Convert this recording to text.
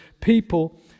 people